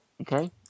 Okay